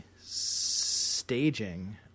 staging